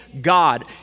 God